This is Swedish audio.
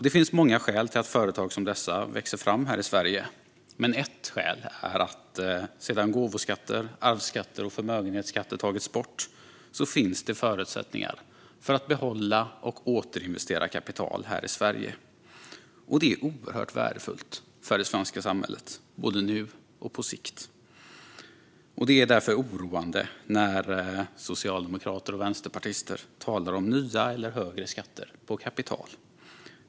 Det finns många skäl till att företag som dessa växer fram här i Sverige. Men ett skäl är att det sedan gåvoskatter, arvsskatter och förmögenhetsskatter har tagits bort finns förutsättningar för att behålla och återinvestera kapital här i Sverige. Det är oerhört värdefullt för det svenska samhället både nu och på sikt. Det är därför oroande när socialdemokrater och vänsterpartister talar om nya eller högre skatter på kapital.